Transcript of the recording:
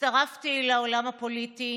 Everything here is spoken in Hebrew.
הצטרפתי לעולם הפוליטי